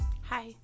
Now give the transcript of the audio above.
Hi